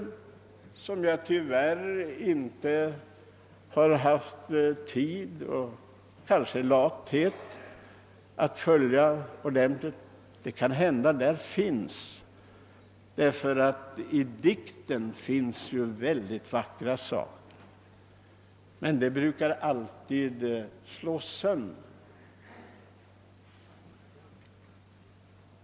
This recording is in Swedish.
Bristande tid — i någon mån kanske också lättja — har gjort att jag inte har följt med särskilt bra på skönlitteraturens område. Men jag vet ju att det i dikten finns mycket vackert skrivet — ofta dock om sådant som i verkliga livet brukar bli slaget i spillror.